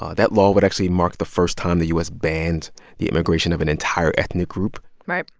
ah that law would actually mark the first time the u s. banned the immigration of an entire ethnic group right.